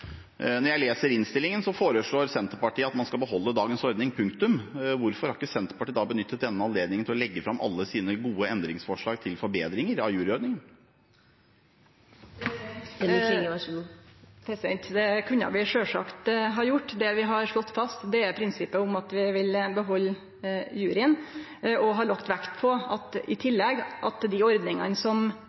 Når jeg leser innstillingen, foreslår Senterpartiet at man skal beholde dagens ordning – punktum. Hvorfor har ikke Senterpartiet benyttet denne anledningen til å legge fram alle sine gode endringsforslag til forbedringer av juryordningen? Det kunne vi sjølvsagt ha gjort. Det vi har slått fast, er prinsippet om at vi vil behalde juryen, og vi har i tillegg lagt vekt på at dei ordningane som regjeringa har kome med forslag om, og som blir vedtekne i